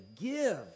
give